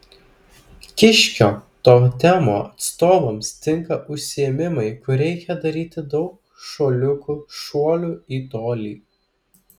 kiškio totemo atstovams tinka užsiėmimai kur reikia daryti daug šuoliukų šuolių į tolį